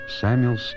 Samuel